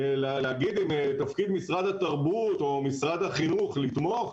להגיד שתפקיד משרד התרבות או משרד החינוך לתמוך,